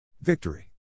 Victory